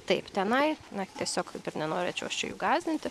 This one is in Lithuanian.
taip tenai na tiesiog per nenorėčiau aš čia jų gąsdinti